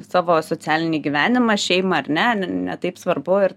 savo socialinį gyvenimą šeimą ar ne ne taip svarbu ir